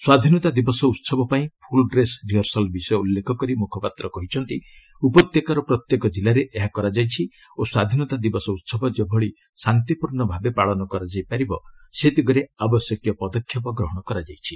ସ୍ୱାଧୀନତା ଦିବସ ଉହବ ପାଇଁ ଫୁଲ୍ ଡ୍ରେସ୍ ରିହର୍ସଲ୍ ବିଷୟ ଉଲ୍ଲେଖ କରି ମୁଖପାତ୍ର କହିଛନ୍ତି ଉପତ୍ୟକାର ପ୍ରତ୍ୟେକ ଜିଲ୍ଲାରେ ଏହା କରାଯାଇଛି ଓ ସ୍ୱାଧୀନତା ଦିବସ ଉତ୍ସବ ଯେପରି ଶାନ୍ତିପୂର୍ଣ୍ଣ ଭାବେ ପାଳନ କରାଯାଇପାରିବ ସେଦିଗରେ ଆବଶ୍ୟକୀୟ ପଦକ୍ଷେପ ଗ୍ରହଣ କରାଯାଇଛି